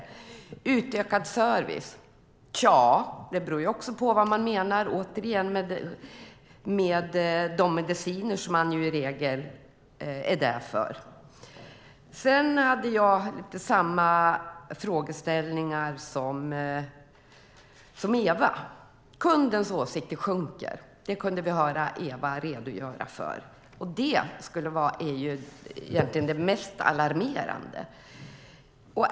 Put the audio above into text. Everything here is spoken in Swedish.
Har det blivit utökad service? Tja, det beror också på vad man menar. Det är ju i regel mediciner som man är där för. Sedan har jag samma frågeställningar som Eva. Kundnöjdheten sjunker. Det kunde vi höra Eva redogöra för. Det är egentligen det mest alarmerande.